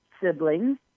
siblings